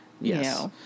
Yes